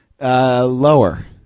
Lower